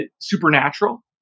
supernatural